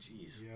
Jeez